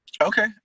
Okay